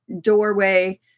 doorway